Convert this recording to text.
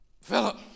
Philip